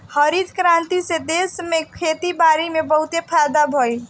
हरित क्रांति से देश में खेती बारी में बहुते फायदा भइल